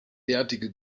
derartige